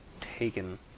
Taken